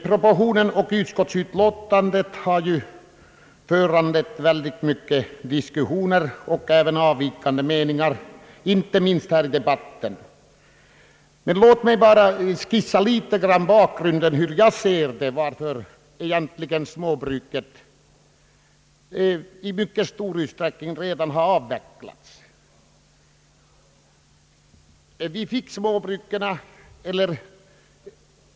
Propositionen och <utskottsutlåtandet har ju föranlett mycket långa diskussioner och även avvikande meningar inte minst här i debatten, Låt mig bara litet grand skissa bakgrunden och varför jag ser det så att småbruket redan har avvecklats i mycket stor utsträckning.